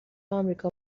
آمریکا